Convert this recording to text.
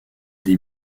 des